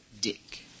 Dick